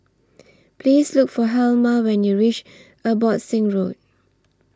Please Look For Helma when YOU REACH Abbotsingh Road